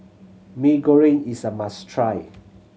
Mee Goreng is a must try